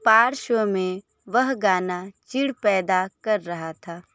पार्श्व में वह गाना चिढ़ पैदा कर रहा था